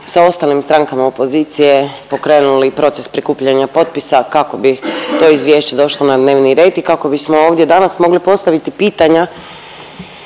sa ostalim strankama opozicije pokrenuli proces prikupljanja potpisa kako bi to izvješće došlo na dnevni red i kako bismo ovdje danas mogli postaviti pitanja